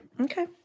Okay